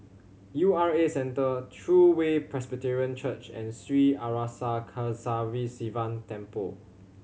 U R A Centre True Way Presbyterian Church and Sri Arasakesari Sivan Temple